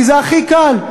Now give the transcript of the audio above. כי זה הכי קל.